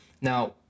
Now